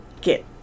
get